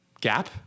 gap